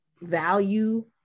value